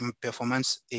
performance